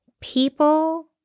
people